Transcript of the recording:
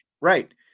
Right